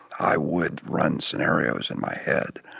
i would run scenarios in my head